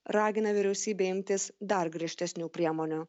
ragina vyriausybę imtis dar griežtesnių priemonių